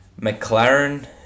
McLaren